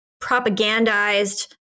propagandized